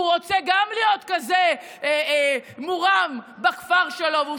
הוא רוצה גם להיות כזה מורם בכפר שלו והוא